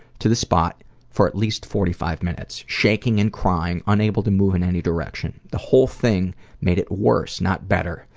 to the spot for at least forty five minutes shaking and crying, unable to move in any direction. the whole thing made it worse, not better.